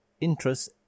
interests